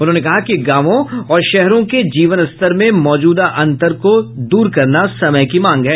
उन्होंने कहा कि गांवों और शहरों के जीवन स्तर में मौजूद अन्तर को दूर करना समय की मांग है